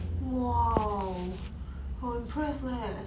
!whoa! 很 impressed leh